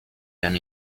than